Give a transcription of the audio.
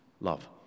Love